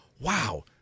Wow